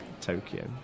Tokyo